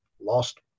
Lost